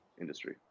industry